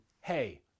Hey